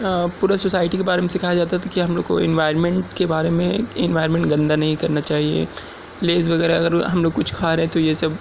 پورا سوسائٹی کے بارے میں سکھایا جاتا تھا کہ ہم لوگ کو انوائرمنٹ کے بارے میں انوائرمنٹ گندا کرنا نہیں کرنا چاہئے لیز وغیرہ اگر ہم لوگ کو کچھ کھا رہے ہیں تو یہ سب